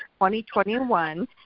2021